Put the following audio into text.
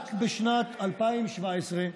רק בשנת 2017,